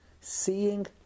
seeing